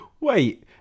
wait